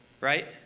Right